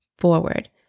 forward